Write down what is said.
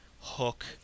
hook